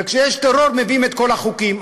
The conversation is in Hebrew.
וכשיש טרור מביאים את כל החוקים.